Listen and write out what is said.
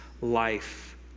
life